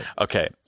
Okay